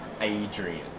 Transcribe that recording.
Adrian